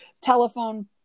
telephone